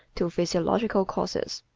to physiological causes.